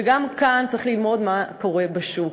וגם כאן צריך ללמוד מה קורה בשוק.